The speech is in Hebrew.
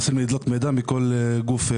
אנחנו מנסים לדלות מידע מכל גוף.